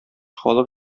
халык